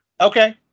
Okay